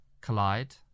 collide